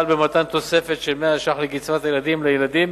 במתן תוספת של 100 שקל לקצבת הילדים לילדים